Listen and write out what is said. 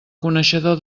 coneixedor